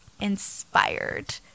Inspired